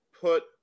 put